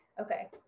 Okay